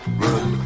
run